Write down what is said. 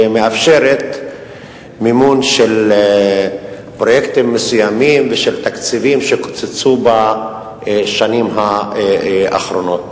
שמאפשרת מימון של פרויקטים מסוימים ושל תקציבים שקוצצו בשנים האחרונות.